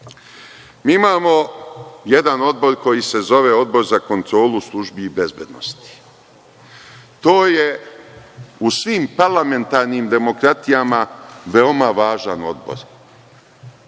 imamo jedan odbor koji se zove Odbor za kontrolu službi bezbednosti. To je u svim parlamentarnim demokratijama veoma važan odbor